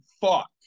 fuck